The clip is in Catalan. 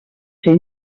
ser